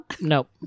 Nope